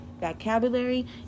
vocabulary